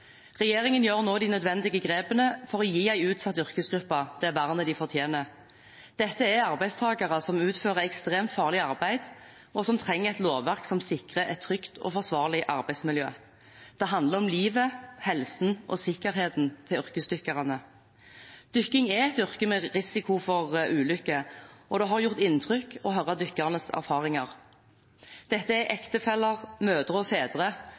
Regjeringen tar nå de nødvendige grepene for å gi en utsatt yrkesgruppe det vernet de fortjener. Dette er arbeidstakere som utfører ekstremt farlig arbeid, og som trenger et lovverk som sikrer et trygt og forsvarlig arbeidsmiljø. Det handler om livet, helsen og sikkerheten til yrkesdykkerne. Dykking er et yrke med risiko for ulykker, og det har gjort inntrykk å høre om dykkernes erfaringer. Dette er ektefeller, mødre og fedre